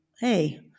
hey